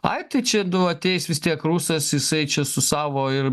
ai tai čia nu ateis vis tiek rusas jisai čia su savo ir